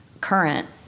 current